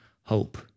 hope